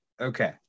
Okay